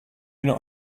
not